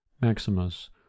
Maximus